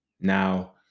now